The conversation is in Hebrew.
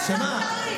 שמה?